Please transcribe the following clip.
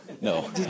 No